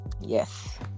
Yes